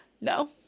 no